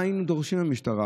מה היו דורשים מהמשטרה,